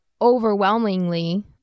Overwhelmingly